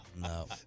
no